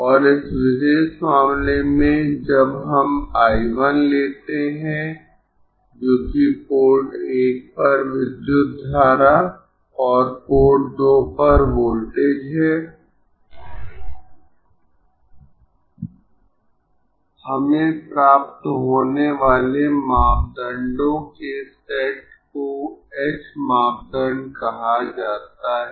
और इस विशेष मामले में जब हम I 1 लेते है जो कि पोर्ट 1 पर विद्युत धारा और पोर्ट 2 पर वोल्टेज है हमें प्राप्त होने वाले मापदंडों के सेट को h मापदंड कहा जाता है